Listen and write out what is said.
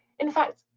in fact,